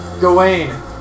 Gawain